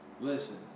Listen